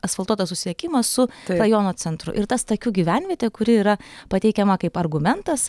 asfaltuotą susiekimą su rajono centru ir ta stakių gyvenvietė kuri yra pateikiama kaip argumentas